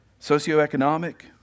socioeconomic